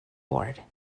board